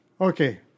Okay